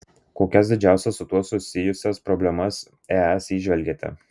kokias didžiausias su tuo susijusias problemas es įžvelgiate